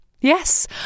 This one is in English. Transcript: Yes